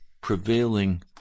prevailing